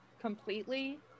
completely